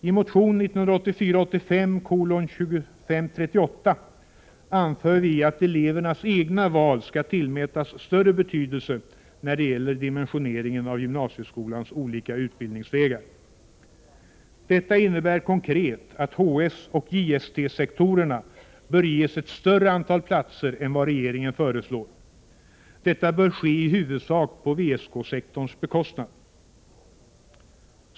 I motion 1984/85:2538 anför vi att elevernas egna val skall tillmätas större betydelse när det gäller dimensioneringen av gymnasieskolans olika utbildningsvägar. Detta innebär konkret att HS och JST-sektorerna bör ges ett större antal platser än vad regeringen föreslår. Detta bör ske i huvudsak på VSK-sektorns bekostnad.